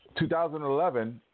2011